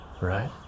Right